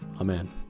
Amen